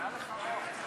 היה לך רוב.